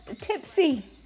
tipsy